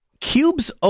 Cubes